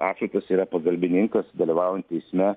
atšvaitas yra pagalbininkas dalyvaujant eisme